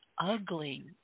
ugly